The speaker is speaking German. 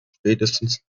spätestens